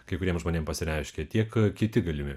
kai kuriems žmonėms pasireiškia tiek kiti galimi